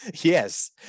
Yes